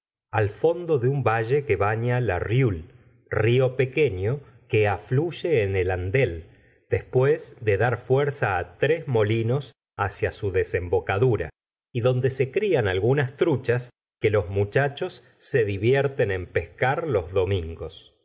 al fondo de un valle que baña la rieule río pequeño que afluye en el andelle después de dar fuerza tres molinos hacia su desembocadura y donde se crian algunas truchas que los muchachos se divierten en pescar los domingos